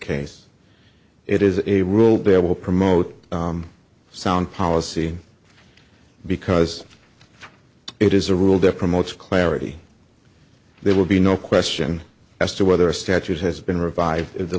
case it is a rule that will promote sound policy because it is a rule that promotes clarity there will be no question as to whether a statute has been revive